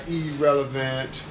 irrelevant